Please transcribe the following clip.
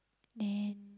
then